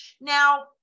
Now